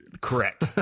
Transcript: correct